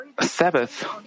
Sabbath